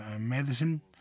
medicine